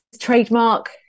trademark